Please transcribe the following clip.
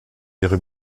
ihre